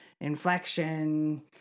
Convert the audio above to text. inflection